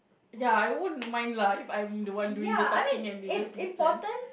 ya I wouldn't mind lah if I'm the one doing the talking and they just listen